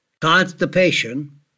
Constipation